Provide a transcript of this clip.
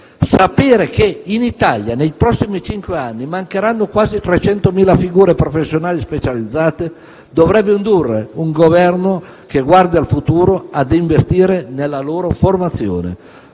Sapere che in Italia nei prossimi cinque anni mancheranno quasi 300.000 figure professionali specializzate dovrebbe indurre un Governo che guardi al futuro a investire nella loro formazione.